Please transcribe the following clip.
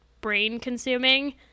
brain-consuming